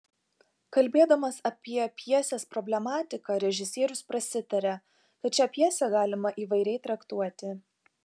kalbėdamas apie pjesės problematiką režisierius prasitaria kad šią pjesę galima įvairiai traktuoti